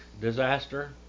disaster